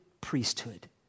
priesthood